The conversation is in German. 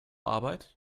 arbeit